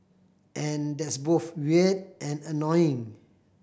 and that's both weird and annoying